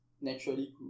naturally